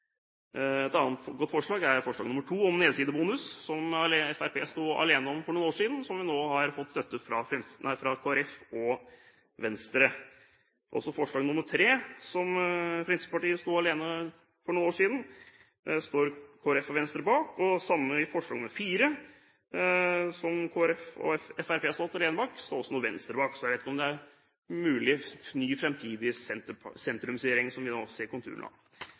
Et annet godt forslag er forslag nr. 2, om nedsidebonus som Fremskrittspartiet sto alene om for noen år siden, og også der har vi nå fått støtte fra Kristelig Folkeparti og Venstre. Også forslag nr. 3, som Fremskrittspartiet sto alene om for noen år siden, står Kristelig Folkeparti og Venstre står bak. Når det gjelder forslag nr. 4, som Kristelig Folkeparti og Fremskrittspartiet har stått alene om, står nå også Venstre bak. Så jeg vet ikke om det er en mulig ny, fremtidig sentrumsregjering som vi nå ser konturene av.